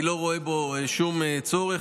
אני לא רואה בו שום צורך.